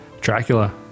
Dracula